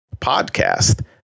podcast